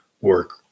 work